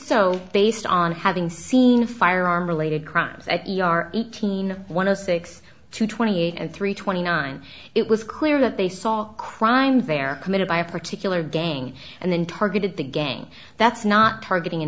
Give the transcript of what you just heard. so based on having seen firearm related crimes are eighteen one of six to twenty eight and three twenty nine it was clear that they saw a crime they're committed by a particular gang and then targeted the gang that's not targeting a